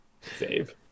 Save